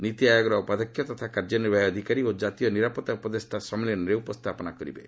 ନୀତି ଆୟୋଗର ଉପାଧ୍ୟକ୍ଷ ତଥା କାର୍ଯ୍ୟନିର୍ବାହୀ ଅଧିକାରୀ ଓ ଜାତୀୟ ନିରାପତ୍ତା ଉପଦେଷ୍ଟା ସମ୍ମିଳନୀରେ ଉପସ୍ଥାପନା ପ୍ରଦାନ କରିବେ